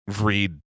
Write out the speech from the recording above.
read